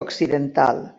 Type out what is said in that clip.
occidental